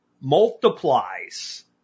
multiplies